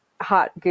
hot